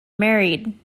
married